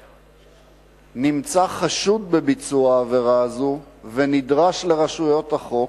ונמצא חשוד בביצוע העבירה הזו ונדרש לרשויות החוק,